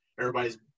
Everybody's